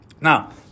Now